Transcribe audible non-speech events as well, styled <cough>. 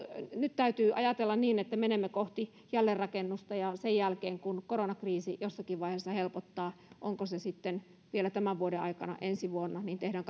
nyt täytyy ajatella niin että menemme kohti jälleenrakennusta ja sen jälkeen kun koronakriisi jossakin vaiheessa helpottaa onko se sitten vielä tämän vuoden aikana ensi vuonna niin tehdään <unintelligible>